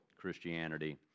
Christianity